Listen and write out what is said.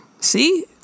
See